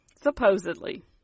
supposedly